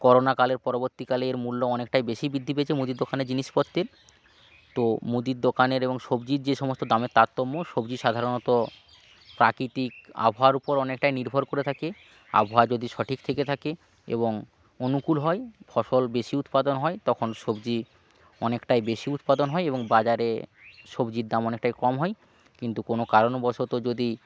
করোনাকালের পরবর্তীকালে এর মূল্য অনেকটাই বেশি বৃদ্ধি পেয়েছে মুদির দোকানের জিনিসপত্রের তো মুদির দোকানের এবং সবজির যে সমস্ত দামের তারতম্য সবজি সাধারণত প্রাকৃতিক আবহাওয়ার উপর অনেকটাই নির্ভর করে থাকে আবহাওয়া যদি সঠিক থেকে থাকে এবং অনুকূল হয় ফসল বেশি উৎপাদন হয় তখন সবজি অনেকটাই বেশি উৎপাদন হয় এবং বাজারে সবজির দাম অনেকটাই কম হয় কিন্তু কোনো কারণবশত যদি